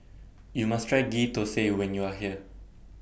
YOU must Try Ghee Thosai when YOU Are here